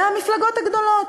מהמפלגות הגדולות.